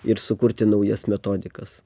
ir sukurti naujas metodikas